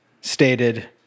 stated